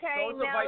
Okay